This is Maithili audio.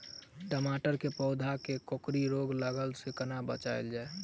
टमाटर केँ पौधा केँ कोकरी रोग लागै सऽ कोना बचाएल जाएँ?